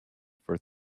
for